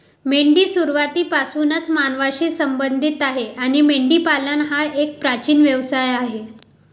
मेंढी सुरुवातीपासूनच मानवांशी संबंधित आहे आणि मेंढीपालन हा एक प्राचीन व्यवसाय आहे